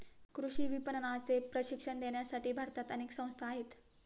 कृषी विपणनाचे प्रशिक्षण देण्यासाठी भारतात अनेक संस्था आहेत